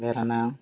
வேறேன்ன